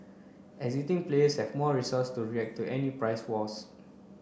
existing players have more resources to react to any price wars